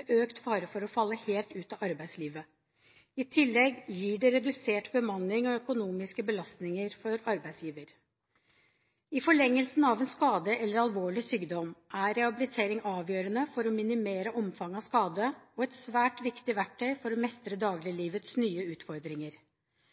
og økt fare for å falle helt ut av arbeidslivet. I tillegg gir det redusert bemanning og økonomiske belastninger for arbeidsgiver. I forlengelsen av en skade eller alvorlig sykdom, er rehabilitering avgjørende for å minimere omfang av skade, og et svært viktig verktøy for å mestre dagliglivets nye utfordringer.